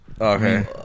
Okay